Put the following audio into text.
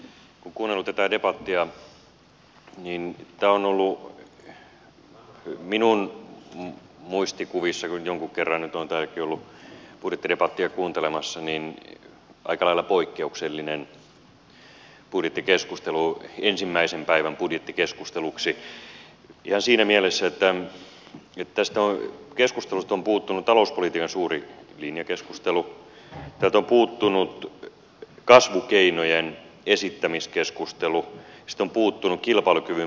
kun on kuunnellut tätä debattia niin se on ollut minun muistikuvissani kun jonkun kerran nyt olen täälläkin ollut budjettidebattia kuuntelemassa aika lailla poikkeuksellinen budjettikeskustelu ensimmäisen päivän budjettikeskusteluksi ihan siinä mielessä että tästä keskustelusta on puuttunut talouspolitiikan suuri linjakeskustelu täältä on puuttunut kasvukeinojen esittämiskeskustelu sitten on puuttunut kilpailukyvyn parantamiskeskustelu